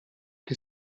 che